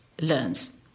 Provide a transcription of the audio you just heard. learns